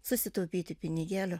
susitaupyti pinigėlių